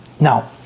Now